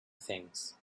things